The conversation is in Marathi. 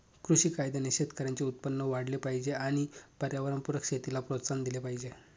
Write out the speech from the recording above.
कृषी कायद्याने शेतकऱ्यांचे उत्पन्न वाढले पाहिजे आणि पर्यावरणपूरक शेतीला प्रोत्साहन दिले पाहिजे